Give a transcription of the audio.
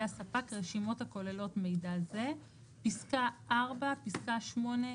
הספק רשימות הכוללות מידע זה"; (4)פסקה (8)